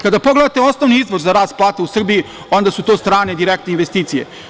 Kada pogledate osnovni izvor za rast plata u Srbiji, onda su to strane direktne investicije.